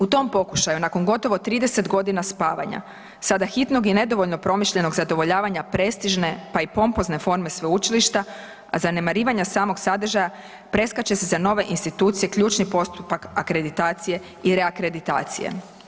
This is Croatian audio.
U tom pokušaju nakon gotovo 30 godina spavanja sada hitno i nedovoljno promišljenog zadovoljavanja prestižne pa i pompozne forme sveučilišta, a zanemarivanja samog sadržaja preskače se za nove institucije ključni postupak akreditacije i reakreditacije.